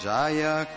Jaya